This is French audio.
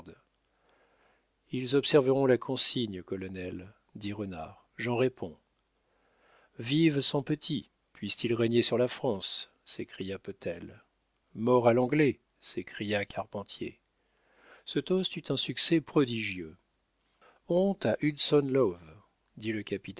ils observeront la consigne colonel dit renard j'en réponds vive son petit puisse-t-il régner sur la france s'écria potel mort à l'anglais s'écria carpentier ce toast eut un succès prodigieux honte à hudson lowe dit le